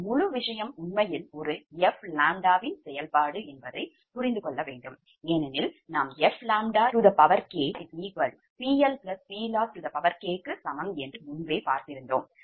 இந்த முழு விஷயம் உண்மையில் ஒரு f𝜆இன் செயல்பாடு ஏனெனில் நாம் fλ k PLPLosskக்கு சமம் என்று முன்பே பார்த்திருந்தோம்